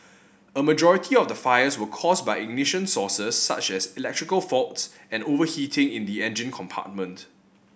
a majority of the fires were caused by ignition sources such as electrical faults and overheating in the engine compartment